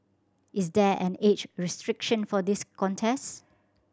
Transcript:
is there an age restriction for this contest